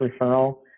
referral